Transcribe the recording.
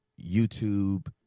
YouTube